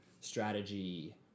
strategy